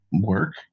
work